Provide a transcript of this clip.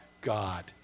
God